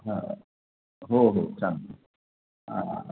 हां हो हो सांग हां हां